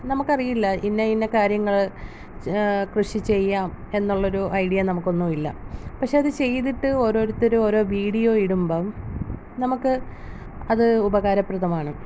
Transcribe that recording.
നമുക്കറിയില്ല ഇന്ന ഇന്ന കാര്യങ്ങള് കൃഷി ചെയ്യാം എന്നുള്ളൊരു ഐഡിയ നമുക്കൊന്നും ഇല്ല പക്ഷെ അത് ചെയ്തിട്ട് ഓരോരുത്തര് ഓരോ വീഡിയോ ഇടുംബം നമുക്ക് അത് ഉപകാരപ്രദമാണ്